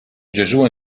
gesù